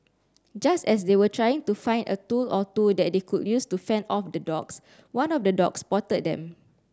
just as they were trying to find a tool or two that they could use to fend off the dogs one of the dogs spotted them